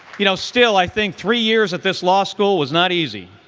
you know, still, i think three years at this law school was not easy.